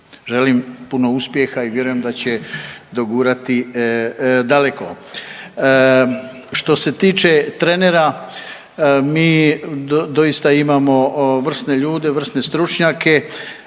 želim puno uspjeha i vjerujem da će dogurati daleko. Što se tiče trenera, mi doista imamo vrsne ljude, vrsne stručnjake,